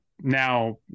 now